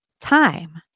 time